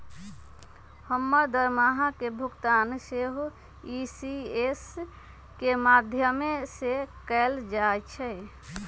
हमर दरमाहा के भुगतान सेहो इ.सी.एस के माध्यमें से कएल जाइ छइ